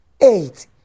eight